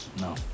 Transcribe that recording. No